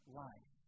life